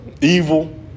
Evil